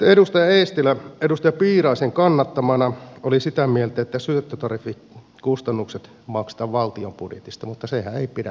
edustaja eestilä edustaja piiraisen kannattamana oli sitä mieltä että syöttötariffikustannukset maksetaan valtion budjetista mutta sehän ei pidä tietenkään paikkaansa